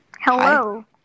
hello